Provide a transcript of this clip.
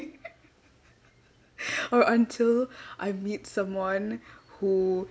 or until I meet someone who